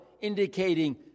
indicating